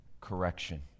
correction